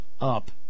up